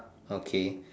okay